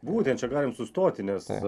būtent čia galim sustoti nes